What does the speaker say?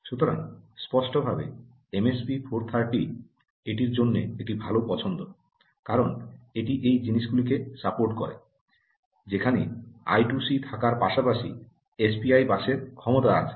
সুতরাং স্পষ্টভাবে এমএসপি 430 এটির জন্য একটি ভাল পছন্দ কারণ এটি এই জিনিসগুলিকে সাপোর্ট করে যেখানে আই 2 সি থাকার পাশাপাশি এসপিআই বাসের ক্ষমতা আছে